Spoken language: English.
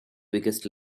weakest